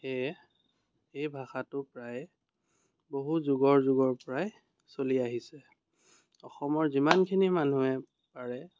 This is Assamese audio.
সেয়ে এই ভাষাটো প্ৰায় বহু যুগৰ যুগৰ পৰাই চলি আহিছে অসমৰ যিমানখিনি মানুহে পাৰে